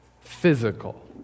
physical